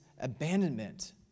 abandonment